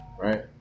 right